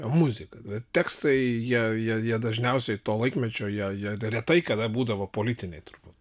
muzika tekstai jie jie dažniausiai to laikmečio jie jie retai kada būdavo politiniai turbūt